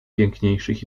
piękniejszych